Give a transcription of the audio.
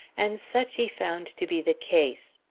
and such he found to be the case.